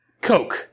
Coke